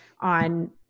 on